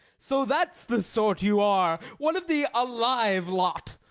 so that's the sort you are! one of the alive lot!